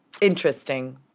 Interesting